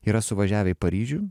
yra suvažiavę į paryžių